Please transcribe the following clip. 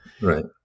Right